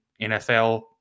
NFL